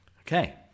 Okay